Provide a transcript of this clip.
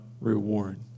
reward